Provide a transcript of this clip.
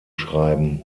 schreiben